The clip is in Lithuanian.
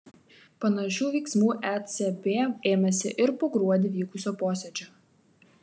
panašių veiksmų ecb ėmėsi ir po gruodį vykusio posėdžio